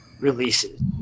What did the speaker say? releases